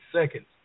seconds